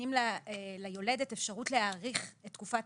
נותנים ליולדת אפשרות להאריך את תקופת